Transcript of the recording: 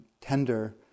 tender